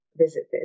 visited